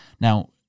Now